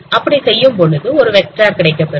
அப்படி செய்யும் பொழுது ஒரு வெக்டார் கிடைக்கப்பெறும்